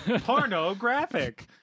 pornographic